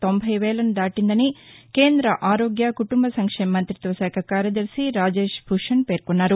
తొంభై వేలను దాటిందని కేంద్ర ఆరోగ్య కుటుంబ సంక్షేమ మంత్రిత్వ శాఖ కార్యదర్శి రాజేష్ భూషణ్ పేర్కొన్నారు